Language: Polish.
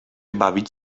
bawić